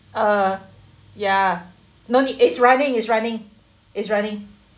uh ya no need it's running it's running it's running